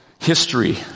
history